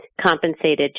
compensated